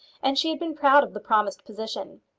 and she had been proud of the promised position.